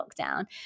lockdown